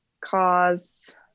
cause